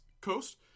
coast